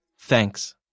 Thanks